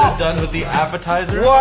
done with the appetizers,